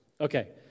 Okay